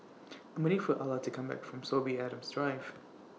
I'm waiting For Ala to Come Back from Sorby Adams Drive